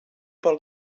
pel